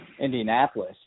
Indianapolis